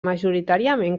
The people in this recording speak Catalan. majoritàriament